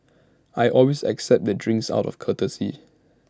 I always accept the drinks out of courtesy